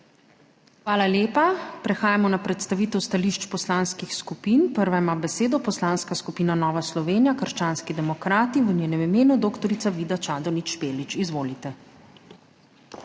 Hvala lepa. Prehajamo na predstavitev stališč poslanskih skupin. Prva ima besedo Poslanska skupina Nova Slovenija - krščanski demokrati, v njenem imenu dr. Vida Čadonič Špelič. Izvolite.